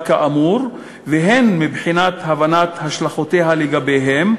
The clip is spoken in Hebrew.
כאמור והן מבחינת הבנת השלכותיה לגביהם,